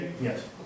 yes